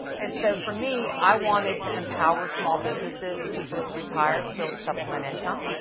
and so for me, i wanted to empower small businesses and people that were retired to build a supplement income,